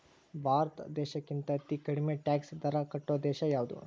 ಭಾರತ್ ದೇಶಕ್ಕಿಂತಾ ಅತೇ ಕಡ್ಮಿ ಟ್ಯಾಕ್ಸ್ ದರಾ ಕಟ್ಟೊ ದೇಶಾ ಯಾವ್ದು?